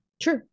True